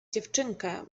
dziewczynkę